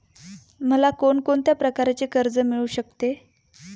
मला कोण कोणत्या प्रकारचे कर्ज मिळू शकते?